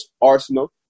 arsenal